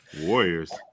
Warriors